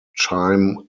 chaim